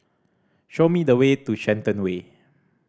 show me the way to Shenton Way